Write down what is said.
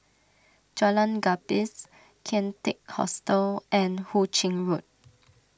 Jalan Gapis Kian Teck Hostel and Hu Ching Road